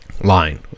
line